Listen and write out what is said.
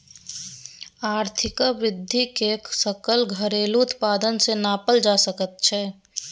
आर्थिक वृद्धिकेँ सकल घरेलू उत्पाद सँ नापल जा सकैत छै